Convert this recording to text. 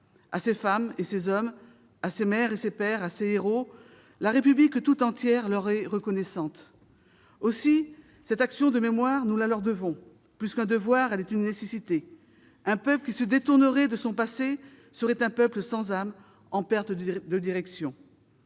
À ces femmes et à ces hommes, à ces mères et à ces pères, à ces héros, la République tout entière est reconnaissante. Aussi, cette action de mémoire, nous la leur devons. Plus qu'un devoir, elle est une nécessité. Un peuple qui se détournerait de son passé serait un peuple sans âme, en perte de direction.